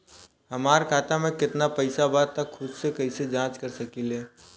हमार खाता में केतना पइसा बा त खुद से कइसे जाँच कर सकी ले?